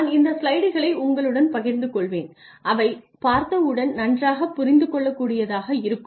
நான் இந்த ஸ்லைடுகளை உங்களுடன் பகிர்ந்துகொள்வேன் அவை பார்த்த உடன் நன்றாகப் புரிந்து கொள்ளக் கூடியதாக இருக்கும்